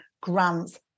grants